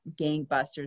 gangbusters